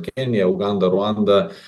kenija uganda ruanda